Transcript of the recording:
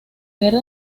guerra